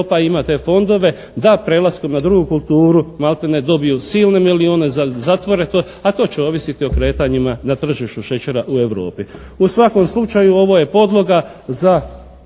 Europa te fondove da prelaskom na drugu kulturu maltene dobiju silne milijune, zatvore to, a to će ovisiti o kretanjima na tržištu šećera u Europi. U svakom slučaju ovo je podloga za